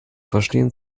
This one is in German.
verstehen